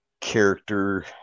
character